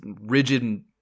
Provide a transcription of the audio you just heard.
rigid